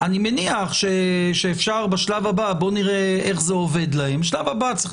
מניח שתמיד אנחנו נוכל להעיר, את זה צריך